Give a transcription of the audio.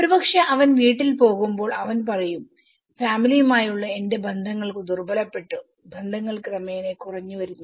ഒരുപക്ഷേ അവൻ വീട്ടിൽ പോകുമ്പോൾഅവൻ പറയും ഫാമിലിയുമായുള്ള എന്റെ ബന്ധങ്ങൾ ദുർബലപ്പെട്ടു ബന്ധങ്ങൾ ക്രമേണ കുറഞ്ഞു വരുന്നു